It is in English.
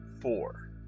four